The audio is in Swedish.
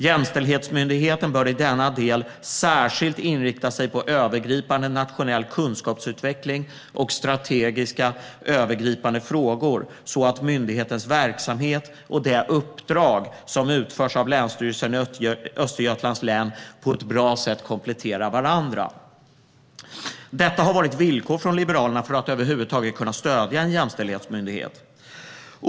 Jämställdhetsmyndigheten bör i denna del särskilt inrikta sig på övergripande nationell kunskapsutveckling och strategiska, övergripande frågor så att myndighetens verksamhet och det uppdrag som utförs av Länsstyrelsen i Östergötlands län på ett bra sätt kan komplettera varandra." Detta har varit villkor från Liberalerna för att överhuvudtaget kunna stödja en jämställdhetsmyndighet.